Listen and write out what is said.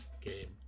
game